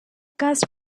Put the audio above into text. cast